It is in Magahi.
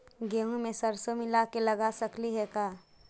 गेहूं मे सरसों मिला के लगा सकली हे का?